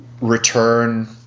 return